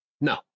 No